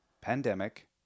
pandemic